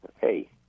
Hey